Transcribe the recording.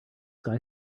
guy